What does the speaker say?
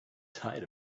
diet